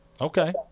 okay